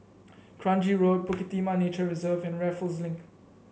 Kranji Road Bukit Timah Nature Reserve and Raffles Link